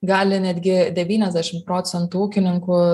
gali netgi devyniasdešimt procentų ūkininkų